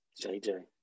JJ